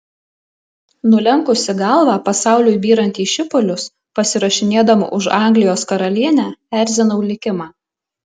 nulenkusi galvą pasauliui byrant į šipulius pasirašinėdama už anglijos karalienę erzinau likimą